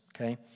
Okay